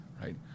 right